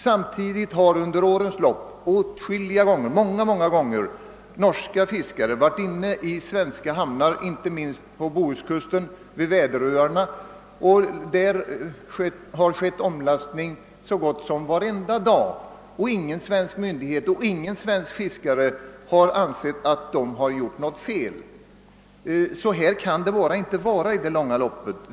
Samtidigt har under årens lopp många, många gånger norska fiskare varit över i svenska hamnar, inte minst vid Väderöarna på Bohuskusten, och omlastning har skett så gott som varie dag utan att någon svensk myndighet eller några svenska fiskare ansett att norrmännen begått något fel. Så här kan det bara inte vara i det långa loppet.